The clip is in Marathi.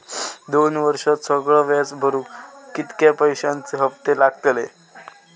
दोन वर्षात सगळा व्याज भरुक कितक्या पैश्यांचे हप्ते लागतले?